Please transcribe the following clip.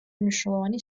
მნიშვნელოვანი